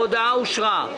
ההודעה אושרה.